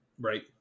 Right